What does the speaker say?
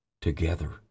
together